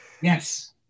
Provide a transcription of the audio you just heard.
Yes